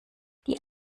die